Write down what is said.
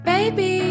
Baby